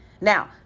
Now